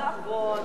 נכון.